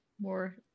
more